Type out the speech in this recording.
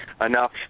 enough